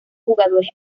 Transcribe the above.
jugadores